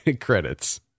credits